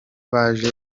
baje